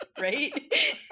Right